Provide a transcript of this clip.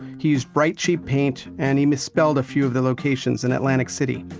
he used bright cheap paint, and he misspelled a few of the locations in atlantic city.